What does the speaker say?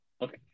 Okay